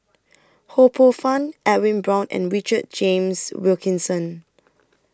Ho Poh Fun Edwin Brown and Richard James Wilkinson